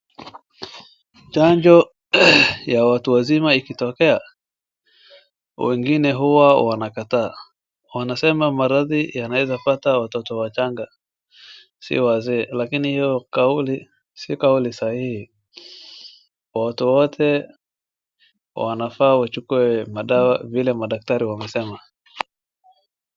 Chanjo ya watu wazima ikitokea, wengine huwa wanakataa wanasema maradhi yanaweza pata watoto wachanga si wazee. Lakini hiyo kauli si kauli sahihi, watu wote wanafaa wachukue madawa vile madaktari wamesema.